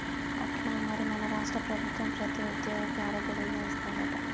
అట్నా మరి మన రాష్ట్ర ప్రభుత్వం ప్రతి ఉద్యోగికి ఆరోగ్య భీమా ఇస్తాదట